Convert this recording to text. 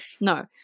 No